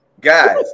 Guys